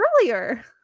earlier